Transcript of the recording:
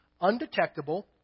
undetectable